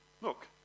look